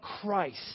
Christ